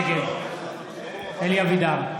סמי אבו שחאדה, נגד אלי אבידר,